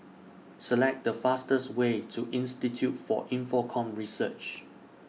Select The fastest Way to Institute For Infocomm Research